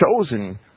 chosen